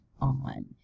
on